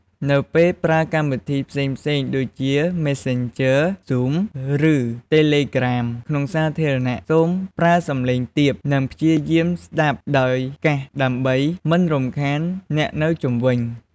នៅពេលប្រើកម្មវិធីផ្សេងៗ ដូចជា មេសសេនជឺ (Messanger), ហ្សូម (Zoom) ឬ តេលេក្រាម (Telegram) ក្នុងទីសាធារណៈ សូមប្រើសំឡេងទាប និងព្យាយាមស្ដាប់ដោយកាសដើម្បីមិនរំខានអ្នកនៅជុំវិញ។